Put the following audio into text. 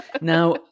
Now